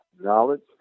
knowledge